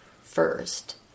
first